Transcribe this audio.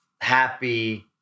happy